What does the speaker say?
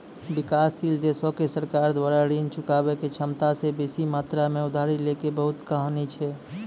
विकासशील देशो के सरकार द्वारा ऋण चुकाबै के क्षमता से बेसी मात्रा मे उधारी लै के बहुते कहानी छै